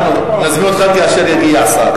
אנחנו נזמין אותך כאשר יגיע שר.